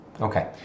Okay